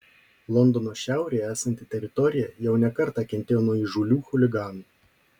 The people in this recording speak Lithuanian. londono šiaurėje esanti teritorija jau ne kartą kentėjo nuo įžūlių chuliganų